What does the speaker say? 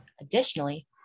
Additionally